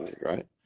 right